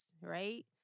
right